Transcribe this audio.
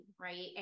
right